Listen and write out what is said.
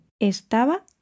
estaba